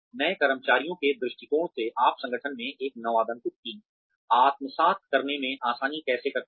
नए कर्मचारियों के दृष्टिकोण से आप संगठन में एक नवागंतुक की आत्मसात करने में आसानी कैसे करते हैं